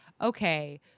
okay